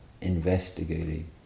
investigating